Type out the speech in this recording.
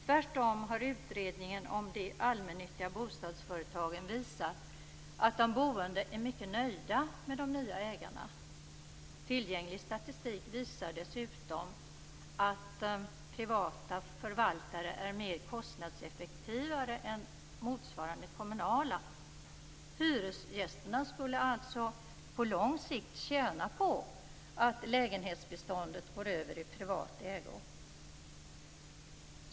Tvärtom har utredningen om de allmännyttiga bostadsföretagen visat att de boende är mycket nöjda med de nya ägarna. Tillgänglig statistik visar dessutom att privata förvaltare är mer kostnadseffektiva än motsvarande kommunala. Hyresgästerna skulle alltså på lång sikt tjäna på att lägenhetsbeståndet går över i privat ägo.